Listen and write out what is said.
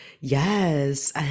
Yes